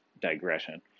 digression